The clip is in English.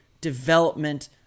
development